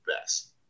best